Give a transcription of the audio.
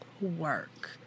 work